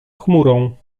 chmurą